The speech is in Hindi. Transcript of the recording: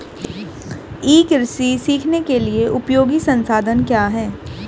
ई कृषि सीखने के लिए उपयोगी संसाधन क्या हैं?